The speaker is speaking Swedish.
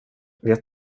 vet